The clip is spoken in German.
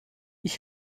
ich